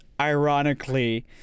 ironically